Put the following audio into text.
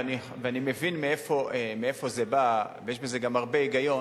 ואני מבין מאיפה זה בא ויש בזה גם הרבה היגיון,